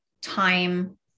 time